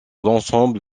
l’ensemble